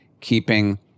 keeping